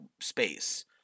space